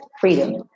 freedom